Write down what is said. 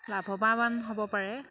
লাভৱান হ'ব পাৰে